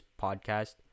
podcast